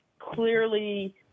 Clearly